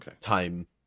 time